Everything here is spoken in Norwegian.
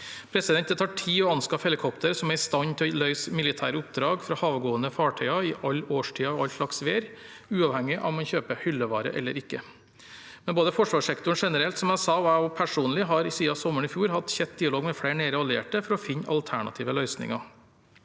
i 2014. Det tar tid å anskaffe helikoptre som er i stand til å løse militære oppdrag fra havgående fartøyer til alle årstider og i all slags vær, uavhengig av om man kjøper hyllevare eller ikke. Både forsvarssektoren generelt og jeg personlig har siden sommeren i fjor hatt tett dialog med flere nære allierte for å finne alternative løsninger.